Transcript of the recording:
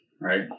Right